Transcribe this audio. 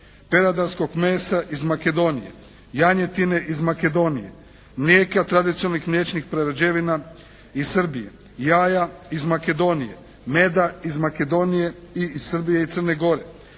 peradarskog mesa iz Makedonije, janjetine iz Makedonije, mlijeka i tradicionalnih mliječnih prerađevina iz Srbije, jaja iz Makedonije, meda iz Makedonije i iz Srbije i Crne Gore,